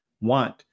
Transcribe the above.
want